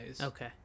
okay